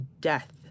death